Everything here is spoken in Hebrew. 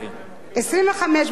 25,